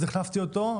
אז החלפתי אותו.